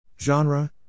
Genre